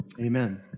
Amen